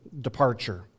departure